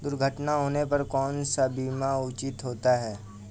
दुर्घटना होने पर कौन सा बीमा उचित होता है?